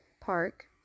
park